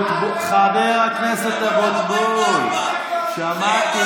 חבר הכנסת קרעי: הנוהל הזה, מדבר בנט תרחק.